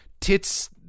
tits